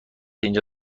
اینجا